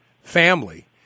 family